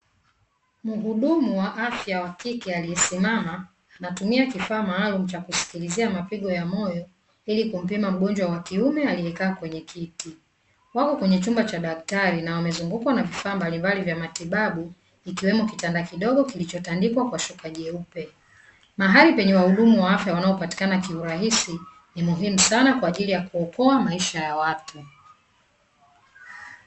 Muhudumu wa afya wa kike aliyesimama anatumia kifaa maalumu cha kusikilizia mapigo ya moyo ili kumpima mgonjwa wa kiume aliyekaa kwenye kiti. Wako kwenye chumba cha daktari na wamezungukwa na vifaa mbalimbali vya matibabu ikiwemo kitanda kidogo kilichotandikwa kwa shuka jeupe. Mahali penye wahudumu wa afya wanaopatikana kiurahisi ni muhimu sana kwa ajili ya kuokoa maisha ya watu.